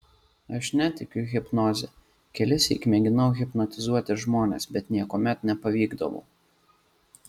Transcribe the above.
aš netikiu hipnoze kelissyk mėginau hipnotizuoti žmones bet niekuomet nepavykdavo